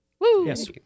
Yes